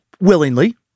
willingly